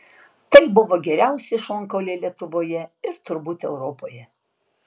tai buvo geriausi šonkauliai lietuvoje ir turbūt europoje